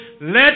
let